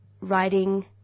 writing